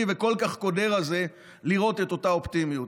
וכל כך קודר הזה לראות את אותה אופטימיות.